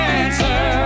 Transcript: answer